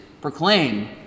proclaim